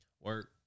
work